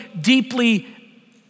deeply